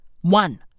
One